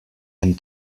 him